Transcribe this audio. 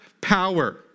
power